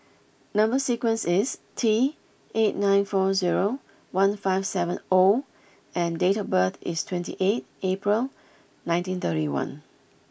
number sequence is Teight eight nine four zero one five seven O and date of birth is twenty eight April nineteen thirty one